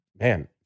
man